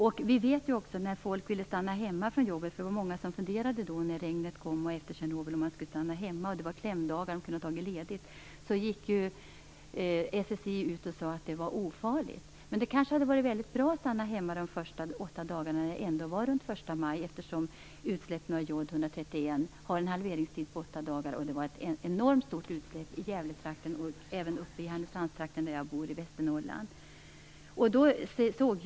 Det var många som funderade om man skulle stanna hemma när regnet kom efter Tjernobyl. Det var klämdagar, och man kunde ha tagit ledigt. Då gick SSI ut och sade att det var ofarligt. Men det hade kanske varit väldigt bra att stanna hemma de första åtta dagarna när det ändå var runt den 1 maj, eftersom Jod 131 har en halveringstid på åtta dagar. Det var ett enormt stort utsläpp i Gävletrakten, och även uppe i Härnösandstrakten i Västernorrland där jag bor.